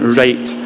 right